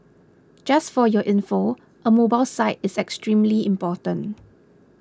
just for your info a mobile site is extremely important